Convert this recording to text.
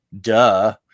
duh